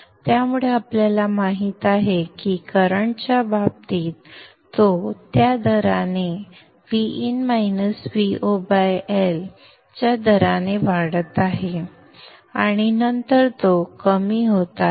त्यामुळे आपल्याला माहित आहे की करंटच्या बाबतीत तो त्या दराने Vin -Vo L च्या दराने वाढत आहे आणि नंतर तो कमी होत आहे